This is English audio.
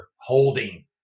holding